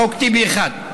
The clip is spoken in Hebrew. חוק טיבי 1,